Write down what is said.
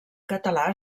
català